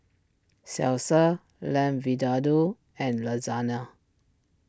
Salsa Lamb Vindaloo and Lasagna